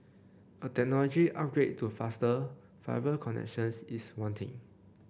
a technology upgrade to faster fiber connections is wanting